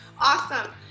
Awesome